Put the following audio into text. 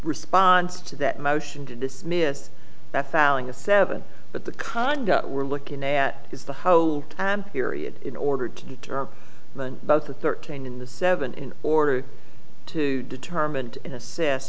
responds to that motion to dismiss that filing a seven but the condo we're looking at is the whole period in order to deter both the thirteen in the seven in order to determine to assess